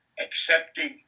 accepting